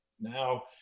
Now